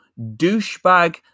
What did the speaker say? douchebag